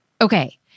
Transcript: Okay